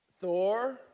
Thor